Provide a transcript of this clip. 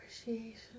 appreciation